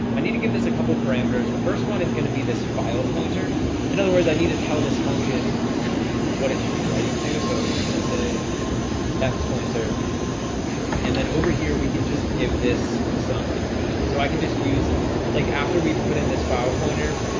i need to give this a couple parameters. the first one is gonna be this file pointer in other words i need to tell this function, you know what it should be writing to so i'm just gonna say f pointer and then over here we can just give this some information so i can just use like after we put in this file pointer.